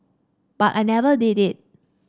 but I never did it